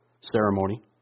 ceremony